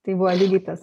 tai buvo lygiai tas